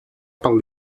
pel